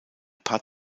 paar